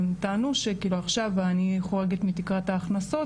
המתנו שכאילו עכשיו אני חורגת מתקרת ההכנסות